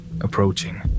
approaching